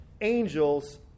angels